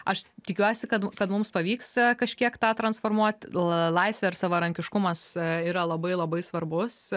aš tikiuosi kad kad mums pavyks kažkiek tą transformuot ll laisvė ir savarankiškumas yra labai labai svarbus